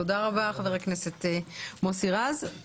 תודה רבה, חבר הכנסת מוסי רז.